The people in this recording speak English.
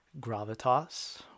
gravitas